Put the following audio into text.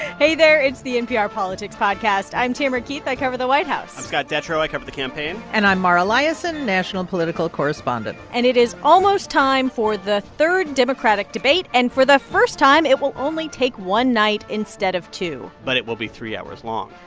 hey there. it's the npr politics podcast. i'm tamara keith. i cover the white house i'm scott detrow. i cover the campaign and i'm mara liasson, national political correspondent and it is almost time for the third democratic debate, and for the first time, it will only take one night instead of two but it will be three hours long,